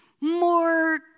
More